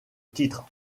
titre